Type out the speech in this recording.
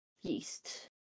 yeast